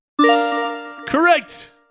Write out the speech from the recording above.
Correct